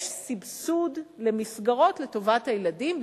יש סבסוד למסגרות לטובת הילדים,